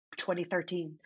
2013